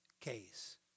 case